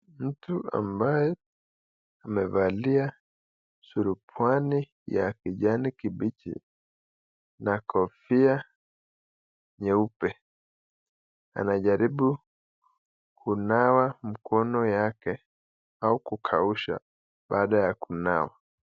Mtu ambaye amevalia surupwani ya kijani kibichi, na kofia nyeupe, anajaribu kunawa mikono yake au kukausha baada ya kunawa.